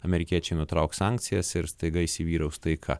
amerikiečiai nutrauks sankcijas ir staiga įsivyraus taika